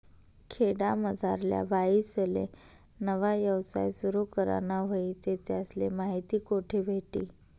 खेडामझारल्या बाईसले नवा यवसाय सुरु कराना व्हयी ते त्यासले माहिती कोठे भेटी?